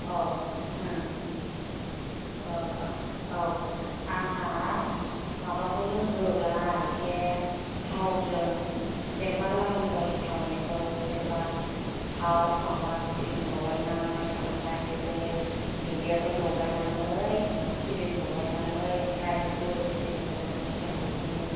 औ अ औ आंहा माबाखौ रोंगौलाय बे थावजों जेनेबा लारु बायदि सावनायखौ जेनेबा थाव माबा सिबिं लगायनाय ओमफ्राय बे दुन्दियाफोर लगायनानै सिबिं लगायनानै आमफ्राय गुर एसे लगायनानै जोंहा बेखौनो